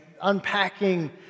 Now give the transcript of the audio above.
unpacking